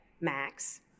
Max